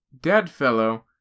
Deadfellow